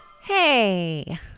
Hey